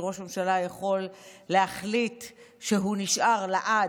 שראש ממשלה יכול להחליט שהוא נשאר לעד,